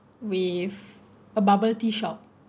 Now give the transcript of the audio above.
with a bubble tea shop